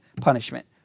punishment